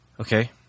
Okay